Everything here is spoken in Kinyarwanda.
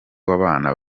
w’abana